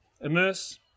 immerse